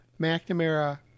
McNamara